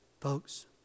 Folks